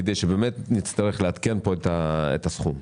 ונצטרך לעדכן את הסכום.